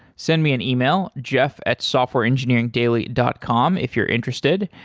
send me an email, jeff at softwareengineeringdaily dot com if you're interested.